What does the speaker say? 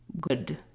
good